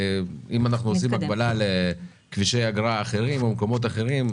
אם אנחנו עושים הקבלה לכבישי אגרה אחרים או למקומות אחרים,